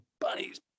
bunnies